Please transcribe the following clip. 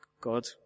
God